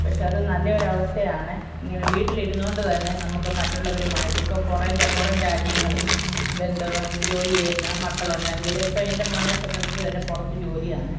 പക്ഷേ അത് നല്ല ഒരവസ്ഥയാണ് ഇങ്ങനെ വീട്ടിലിരുന്നുകൊണ്ട് തന്നെ നമുക്ക് മറ്റുള്ളവരുമായിട്ട് ഇപ്പം പുറം പുറം രാജ്യങ്ങളിൽ ബന്ധം ജോലി ചെയ്യുന്ന മക്കളുണ്ടെങ്കിൽ ഇപ്പം എൻ്റെ മകനെ സംബന്ധിച്ച് തന്നെ പുറത്ത് ജോലിയാണ്